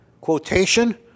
Quotation